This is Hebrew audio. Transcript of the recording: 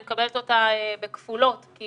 אני מקבלת אותה בכפולות כי